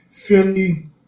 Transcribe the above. Philly